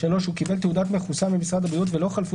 הוא קיבל תעודת מחוסן ממשרד הבריאות ולא חלפו